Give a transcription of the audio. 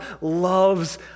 loves